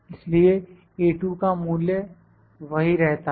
इसलिए का मूल्य वही रहता है